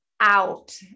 out